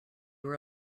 were